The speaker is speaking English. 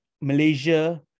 Malaysia